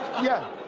yeah.